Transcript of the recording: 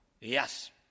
Yes